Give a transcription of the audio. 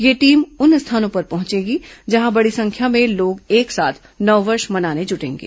यह टीम उन स्थानों पर पहुंचेगी जहां बड़ी संख्या में लोग एक साथ नववर्ष मनाने जुटेंगे